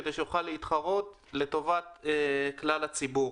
כדי שיוכל להתחרות לטובת כלל הציבור.